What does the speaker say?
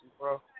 bro